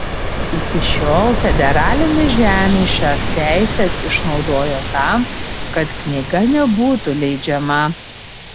iki šiol federalinė žemė šias teises išnaudojo tam kad knyga nebūtų leidžiama